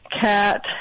cat